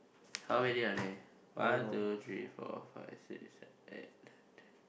how many are there one two three four five six seven eight nine ten